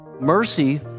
mercy